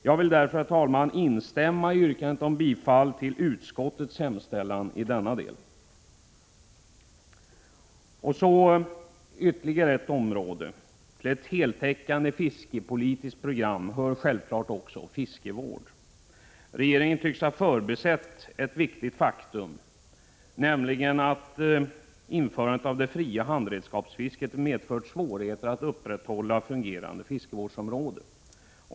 Jag vill därför, herr talman, instämma i yrkandet om bifall till utskottets hemställan i denna del. Så ytterligare ett område. Till ett heltäckande fiskepolitiskt program hör självfallet också fiskevård. Regeringen tycks ha förbisett ett viktigt faktum, nämligen att införandet av det fria handredskapsfisket medfört svårigheter att upprätthålla fungerande fiskevårdsområden.